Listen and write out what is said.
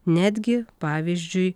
netgi pavyzdžiui